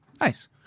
Nice